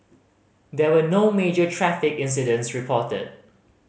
there were no major traffic incidents reported